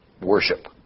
worship